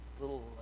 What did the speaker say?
little